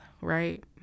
Right